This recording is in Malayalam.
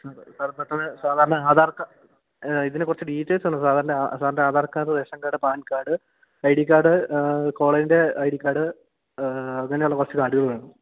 സാർ സാർ പെട്ടെന്ന് സാധാരണ ആധാർ ഇതിന് കുറച്ച് ഡീറ്റെയിൽസുണ്ട് സാറിൻ്റെ സാറിൻ്റെ Aadhaar card ration card PAN card I D card കോളേജിൻ്റെ ഐ ഡി കാർഡ് അങ്ങനെയുള്ള കുറച്ച് കാർഡുകൾ വേണം